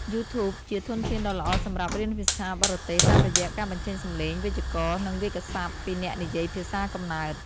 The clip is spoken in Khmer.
យូធូប ជាធនធានដ៏ល្អសម្រាប់រៀនភាសាបរទេស តាមរយៈការបញ្ចេញសំឡេង វេយ្យាករណ៍ និងវាក្យសព្ទពីអ្នកនិយាយភាសាកំណើត។